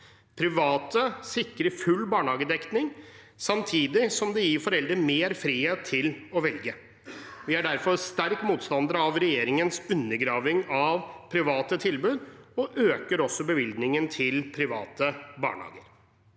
Private sikrer full barnehagedekning samtidig som det gir foreldre mer frihet til å velge. Vi er derfor sterk motstander av regjeringens undergraving av private tilbud, og vi øker også bevilgningen til private barnehager.